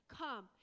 come